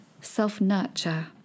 self-nurture